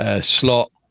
slot